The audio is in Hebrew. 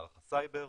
מערך הסייבר,